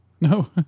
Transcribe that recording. No